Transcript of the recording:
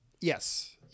Yes